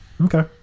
Okay